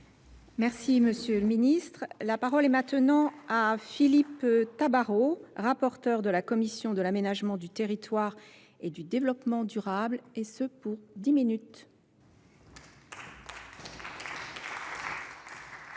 M. le ministre, la parole est maintenant à Philippe Tamaro, rapporteur de la commission de l'aménagement du territoire et du Développement durable, et ce, pour 10 min. Merci Mᵐᵉ la Présidente,